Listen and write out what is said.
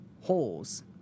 Holes